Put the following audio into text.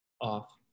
off